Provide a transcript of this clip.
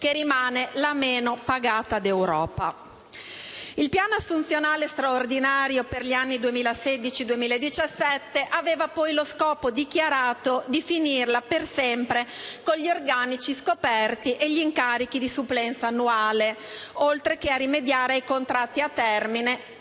che rimane la meno pagata d'Europa. Il piano assunzionale straordinario per gli anni 2016-2017 aveva poi lo scopo dichiarato di finirla per sempre con gli organici scoperti e gli incarichi di supplenza annuale, oltre che a rimediare ai contratti a termine,